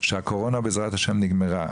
שהקורונה בעזרת ה' נגמרה.